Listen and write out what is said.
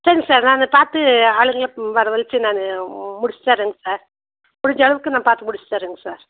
சரிங்க சார் நான் பார்த்து ஆளுங்களை ம் வர வழைச்சி நான் மு முடித்துத் தரேங்க சார் முடிஞ்ச அளவுக்கு நான் பார்த்து முடித்துத் தரேங்க சார்